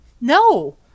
No